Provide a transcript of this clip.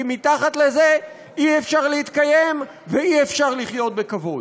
כי מתחת לזה אי-אפשר להתקיים ואי-אפשר לחיות בכבוד.